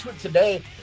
today